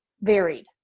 varied